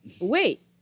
wait